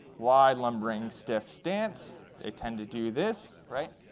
wide, lumbering, stiff stance. they tend to do this.